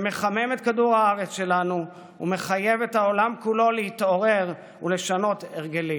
שמחמם את כדור הארץ שלנו ומחייב את העולם כולו להתעורר ולשנות הרגלים.